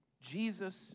Jesus